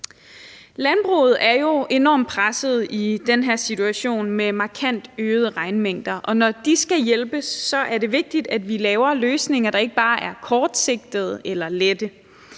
Landbruget er jo enormt presset i den her situation med markant øgede regnmængder, og når landmændene skal hjælpes, er det vigtigt, at vi laver løsninger, der ikke bare er kortsigtede eller lette.